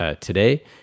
today